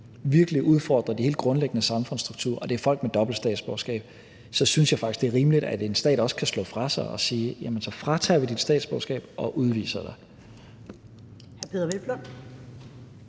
virkelig udfordrer de helt grundlæggende samfundsstrukturer, og det er folk med dobbelt statsborgerskab, så synes jeg faktisk, det er rimeligt, at en stat også kan slå fra sig og sige: Så fratager vi dig dit statsborgerskab og udviser dig.